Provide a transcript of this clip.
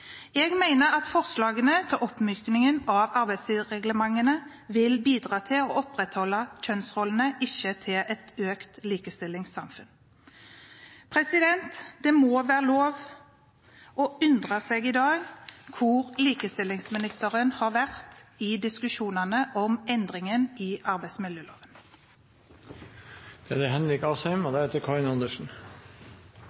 Jeg mener at forslagene til oppmyking av arbeidstidsreglene vil bidra til å opprettholde kjønnsrollene, ikke til økt likestilling. Det må i dag være lov til å undre seg over hvor likestillingsministeren har vært i diskusjonene om endringene i arbeidsmiljøloven. Norge er